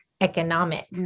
economic